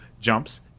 jumps